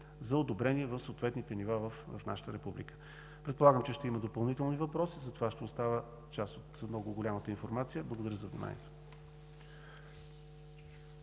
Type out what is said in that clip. за одобрение в съответните нива в нашата република. Предполагам, че ще има допълнителни въпроси, затова ще оставя част от много голямата информация. Благодаря за вниманието.